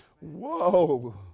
Whoa